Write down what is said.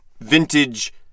vintage